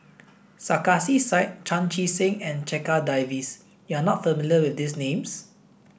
Sarkasi said Chan Chee Seng and Checha Davies you are not familiar with these names